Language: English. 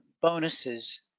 bonuses